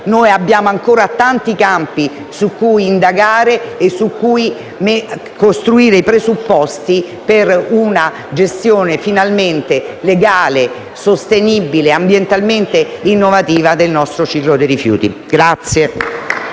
Abbiamo ancora tanti campi su cui indagare e costruire i presupposti per una gestione finalmente legale, sostenibile e ambientalmente innovativa del nostro ciclo dei rifiuti.